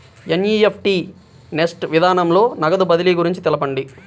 NEFT NEFT విధానంలో నగదు బదిలీ గురించి తెలుపండి?